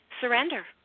surrender